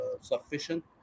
sufficient